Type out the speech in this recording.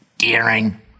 daring